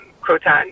croton